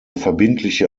verbindliche